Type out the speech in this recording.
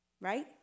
Right